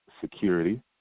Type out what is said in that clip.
security